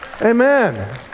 Amen